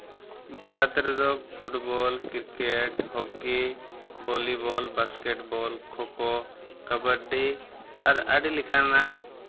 ᱵᱷᱟᱨᱚᱛ ᱨᱮᱫᱚ football cricket ᱦᱚᱸᱠᱤ volleyball basketball kho kho kabaddi ᱟᱨ ᱟᱹᱰᱤ ᱞᱮᱠᱟᱱᱟᱜ